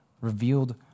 revealed